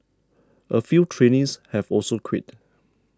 a few trainees have also quit